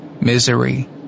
misery